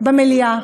במליאה.